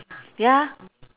ya